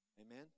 Amen